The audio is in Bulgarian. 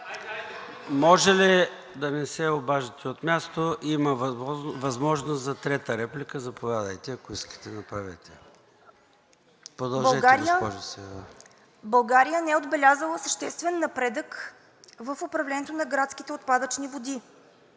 Може ли да не се обаждате от място. Има възможност за трета реплика. Заповядайте, ако искате, направете я. Продължете, госпожо Сивева. ТАТЯНА СУЛТАНОВА-СИВЕВА: България не е отбелязала съществен напредък в управлението на градските отпадъчни води.